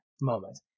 moment